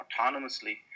autonomously